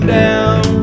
down